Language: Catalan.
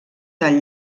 del